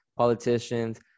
politicians